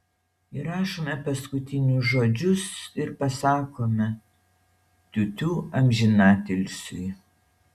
įrašome paskutinius žodžius ir pasakome tiutiū amžinatilsiui